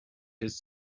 his